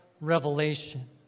revelation